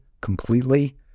completely